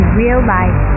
real-life